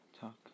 talk